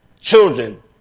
children